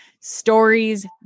stories